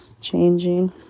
changing